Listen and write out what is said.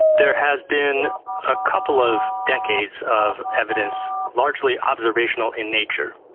there has been a couple of decades of evidence, largely observational in nature,